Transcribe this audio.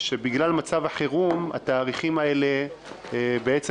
שבגלל מצב החירום התאריכים האלה בעצם